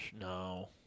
No